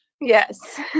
Yes